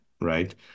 Right